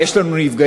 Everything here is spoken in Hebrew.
יש לנו נפגעים,